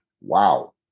Wow